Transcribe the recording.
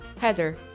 heather